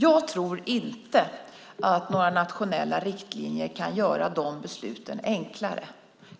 Jag tror inte att några nationella riktlinjer kan göra de besluten enklare.